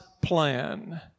plan